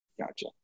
Gotcha